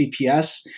CPS